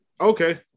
Okay